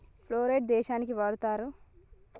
Phorate దేనికి వాడుతరు?